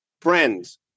friends